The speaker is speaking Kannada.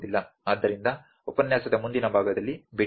ಆದ್ದರಿಂದ ಉಪನ್ಯಾಸದ ಮುಂದಿನ ಭಾಗದಲ್ಲಿ ಭೇಟಿಯಾಗೋಣ